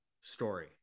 story